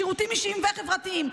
שירותים אישיים וחברתיים,